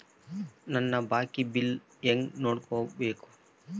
ನನ್ನ ಬಾಕಿ ಬಿಲ್ ಹೆಂಗ ನೋಡ್ಬೇಕು?